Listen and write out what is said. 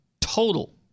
Total